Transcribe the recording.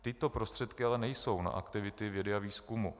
Tyto prostředky ale nejsou na aktivity vědy a výzkumu.